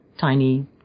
tiny